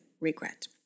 regret